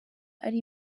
ari